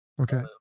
Okay